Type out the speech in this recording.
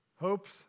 Hopes